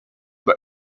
but